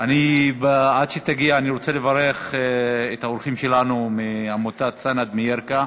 עד שתגיע אני רוצה לברך את האורחים שלנו מעמותת "סנד" מירכא.